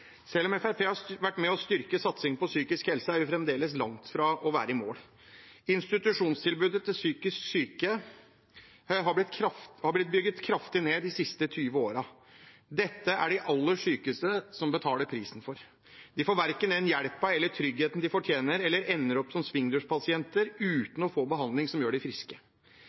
Selv om Fremskrittspartiet har vært med og styrket satsingen på psykisk helse, er vi fremdeles langt fra å være i mål. Institusjonstilbudet til psykisk syke har blitt bygget kraftig ned de siste 20 årene. Dette er det de aller sykeste som betaler prisen for. De får verken den hjelpen eller den tryggheten de fortjener, og de ender opp som svingdørspasienter uten å få behandling som gjør dem friske.